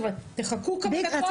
תחכו כמה דקות.